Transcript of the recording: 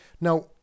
Now